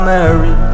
Mary